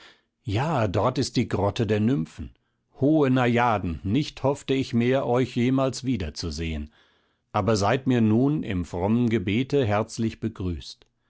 ja dort ist die grotte der nymphen hohe najaden nicht hoffte ich mehr euch jemals wieder zu sehen aber seid mir nun im frommen gebete herzlich begrüßt